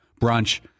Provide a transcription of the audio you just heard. brunch